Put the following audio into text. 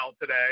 today